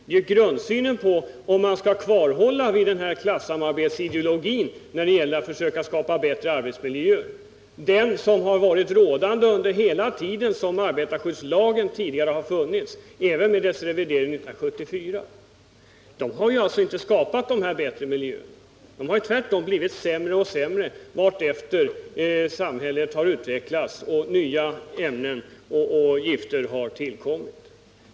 Det gäller om man skall hålla fast vid den här klassamarbetsideologin när det gäller att försöka skapa bättre arbetsmiljö — den som rått under hela den tid som arbetarskyddslagen funnits, även efter revideringen 1974. Man har alltså inte skapat några bättre miljöer. Tvärtom har det blivit sämre och sämre allteftersom samhället utvecklats och nya ämnen och gifter tillkommit.